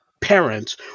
parents